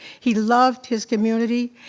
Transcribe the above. he loved his community,